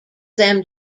them